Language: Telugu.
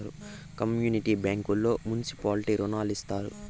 కమ్యూనిటీ బ్యాంకుల్లో మున్సిపాలిటీ రుణాలు ఇత్తారు